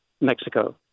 Mexico